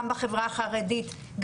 גם בחברה החרדית,